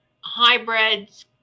hybrids